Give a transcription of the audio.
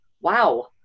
wow